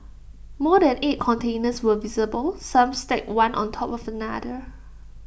more than eight containers were visible some stacked one on top of another